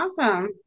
awesome